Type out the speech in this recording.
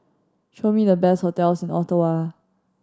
show me the best hotels Ottawa